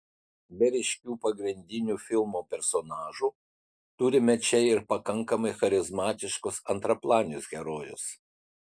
be ryškių pagrindinių filmo personažų turime čia ir pakankamai charizmatiškus antraplanius herojus